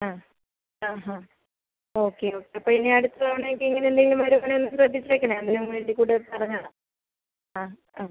ആ ആ ഹാ ഓക്കെ ഓക്കെ അപ്പോൾ ഇനി അടുത്ത തവണ ഇത് ഇങ്ങനെ എന്തെങ്കിലും വരുവാണേൽ ഒന്ന് ശ്രദ്ധിച്ചേക്കണേ അതിനും വേണ്ടി കൂടെ പറഞ്ഞതാണ് ആ ആ